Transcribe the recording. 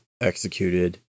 executed